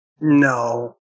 No